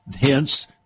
hence